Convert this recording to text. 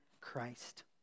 Christ